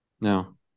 No